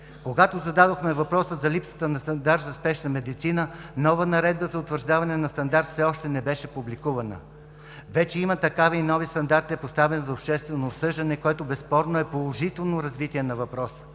Когато зададохме въпроса за липсата на стандарт за спешната медицина, нова наредба за утвърждаване на стандарт все още не беше публикувана. Вече има такава и новият стандарт е поставен за обществено обсъждане, което безспорно е положително развитие на въпроса.